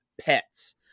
pets